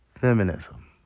feminism